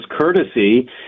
courtesy